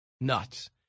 nuts